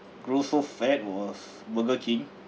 grow so fat was Burger King